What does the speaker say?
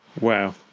wow